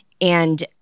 and-